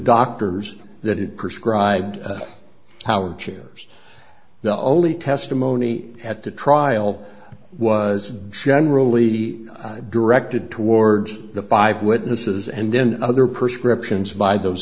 doctors that had prescribed howard chairs the only testimony at the trial was generally directed towards the five witnesses and then other per script sions by those